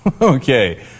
Okay